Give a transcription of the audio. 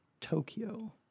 tokyo